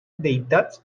deïtats